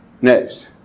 Next